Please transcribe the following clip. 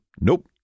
nope